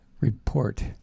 report